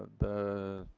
the